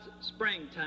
springtime